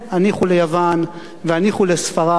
הניחו ליוון והניחו לספרד,